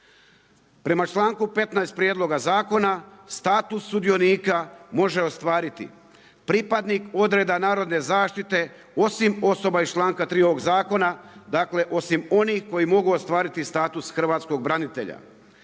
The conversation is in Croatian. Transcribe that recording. Prema čl.15. prijedloga zakona status sudionika može ostvariti pripadnik odreda narodne zaštite, osim osoba iz čl.3. ovog zakona, dakle, osim onih koji mogu ostaviti status hrvatskog branitelja.